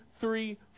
three